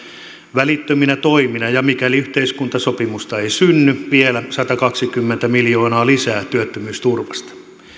välittöminä toimina ja mikäli yhteiskuntasopimusta ei synny vielä satakaksikymmentä miljoonaa lisää työttömyysturvasta